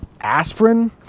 aspirin